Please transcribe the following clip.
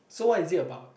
so what is it about